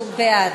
הוא בעד.